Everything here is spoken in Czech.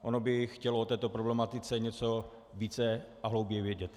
Ono by chtělo o této problematice něco více a hlouběji vědět.